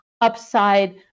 upside